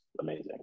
amazing